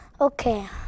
Okay